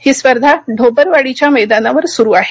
ही स्पर्धा ढोबरवाडीच्या मैदानावर सुरु आहे